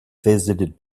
visited